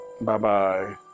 Bye-bye